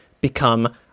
become